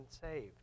saved